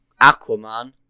Aquaman